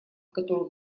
которых